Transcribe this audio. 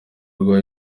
rwa